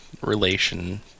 relation